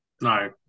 No